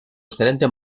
excelente